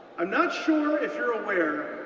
i'm not sure if you're aware,